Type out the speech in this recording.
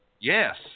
Yes